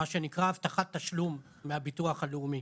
מה שנקרא הבטחת תשלום מהביטוח הלאומי.